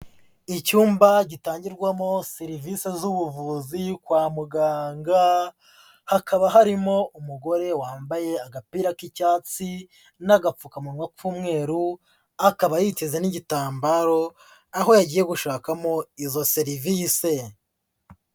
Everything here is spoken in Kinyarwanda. Icyumba gitangirwamo serivisi z'ubuvuzi kwa muganga, hakaba harimo umugore wambaye agapira k'icyatsi n'agapfukamunwa k'umweru akaba yiteze n'igitambaro aho yagiye gushakamo izo serivise.